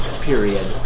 period